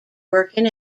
working